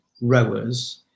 rowers